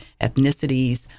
ethnicities